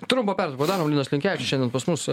trumpą pertrauką padarom linas linkevičius šiandien pas mus